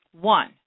One